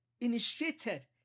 initiated